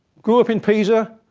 grew up in piso,